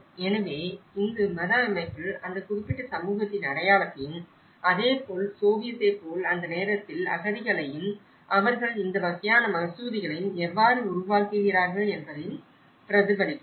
எனவே இது மத அமைப்பில் அந்த குறிப்பிட்ட சமூகத்தின் அடையாளத்தையும் அதேபோல் சோவியத்தை போல் அந்த நேரத்தில் அகதிகளையும் அவர்கள் இந்த வகையான மசூதிகளையும் எவ்வாறு உருவாக்குகிறார்கள் என்பதையும் பிரதிபலிக்கிறது